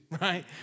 right